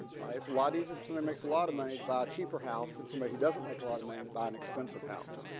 it's a lot easier for some it makes a lot of money to buy a cheaper house and somebody who doesn't make a lot of money and buy an expensive house.